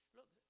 Look